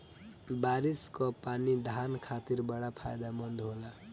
बारिस कअ पानी धान खातिर बड़ा फायदेमंद होला